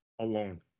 alone